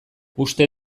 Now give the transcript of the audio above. uste